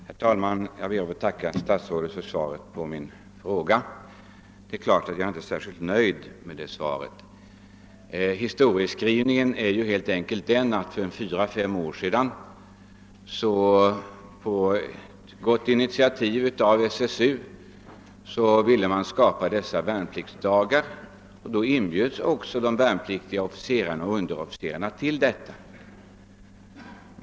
Herr talman! Jag ber att få tacka statsrådet för svaret på min fråga; naturligtvis kan jag inte vara särskilt nöjd med det. För fyra—fem år sedan tog SSU ett gott initiativ varigenom värnpliktsriksdagarna skapades. Då inbjöds också de värnpliktiga officerarna och underofficerarna att delta.